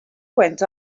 went